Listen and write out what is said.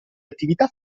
attività